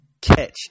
catch